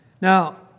Now